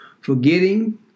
forgetting